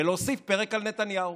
ולהוסיף פרק על נתניהו.